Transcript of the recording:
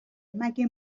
مگه